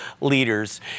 leaders